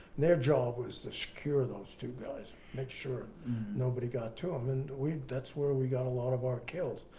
their job was to secure those two guys, make sure nobody got to um and them. that's where we got a lot of our kills.